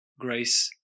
grace